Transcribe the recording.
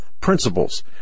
principles